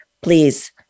please